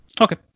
okay